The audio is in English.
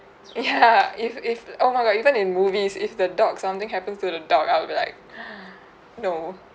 ya if if oh my god even in movies if the dog something happens to the dog I'll be like no